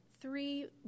three